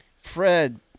Fred